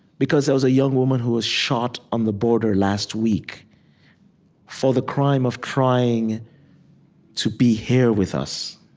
because there was a young woman who was shot on the border last week for the crime of trying to be here with us.